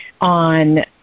on